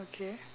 okay